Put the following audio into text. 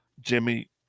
Jimmy